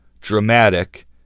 dramatic